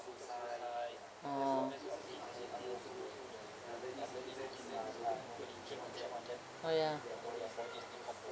orh oh ya